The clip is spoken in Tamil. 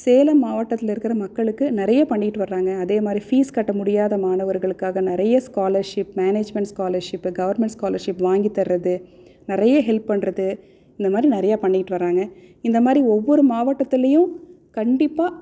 சேலம் மாவட்டத்தில் இருக்கிற மக்களுக்கு நிறைய பண்ணிட்டு வர்றாங்க அதே மாதிரி ஃபீஸ் கட்ட முடியாத மாணவர்களுக்காக நிறைய scholarship management scholarship government scholarship வாங்கித்தர்றது நிறைய ஹெல்ப் பண்றது இந்த மாதிரி நிறையா பண்ணிக்கிட்டு வராங்க இந்த மாதிரி ஒவ்வொரு மாவட்டத்துலேயும் கண்டிப்பாக